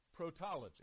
protology